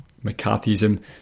McCarthyism